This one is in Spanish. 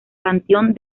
panteón